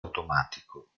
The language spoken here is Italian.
automatico